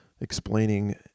explaining